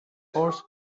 horse